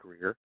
career